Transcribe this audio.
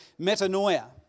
metanoia